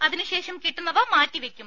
അതിനുശേഷം കിട്ടുന്നവ മാറ്റിവെയ്ക്കും